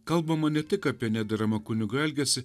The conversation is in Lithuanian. kalbama ne tik apie nederamą kunigų elgesį